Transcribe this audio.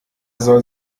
soll